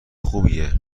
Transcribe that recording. خوبیه